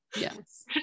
Yes